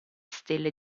stelle